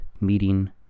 meeting